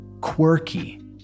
quirky